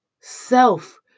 self